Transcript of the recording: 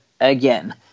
again